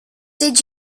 did